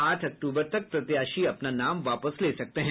आठ अक्टूबर तक प्रत्याशी अपना नाम वापस ले सकते हैं